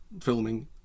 filming